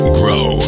grow